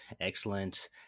Excellent